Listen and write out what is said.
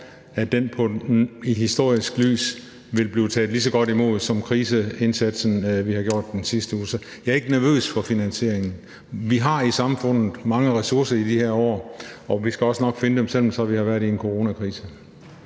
at den i historisk lys vil blive taget lige så godt imod som den indsats under krisen, vi har gjort i den sidste tid. Så jeg er ikke nervøs for finansieringen. Vi har i samfundet mange ressourcer i de her år, og vi skal også nok finde dem, selv om vi har været i en coronakrise.